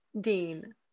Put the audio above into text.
dean